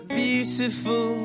beautiful